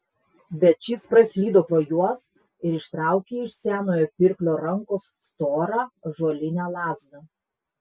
bet šis praslydo pro juos ir ištraukė iš senojo pirklio rankos storą ąžuolinę lazdą